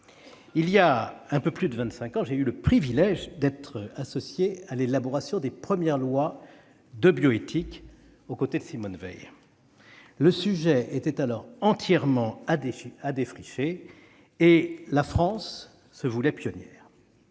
Il y a un peu plus de vingt-cinq ans, j'ai eu le privilège d'être associé à l'élaboration des premières lois de bioéthique, aux côtés de Simone Veil. Le sujet était alors entièrement à défricher, et la France se voulait pionnière.